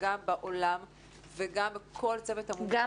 וגם בעולם וגם בכל צוות המומחים --- נכון,